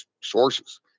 sources